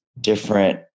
different